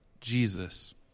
Jesus